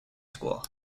school